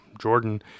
Jordan